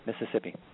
Mississippi